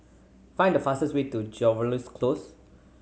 find the fastest way to Jervois Close